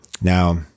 Now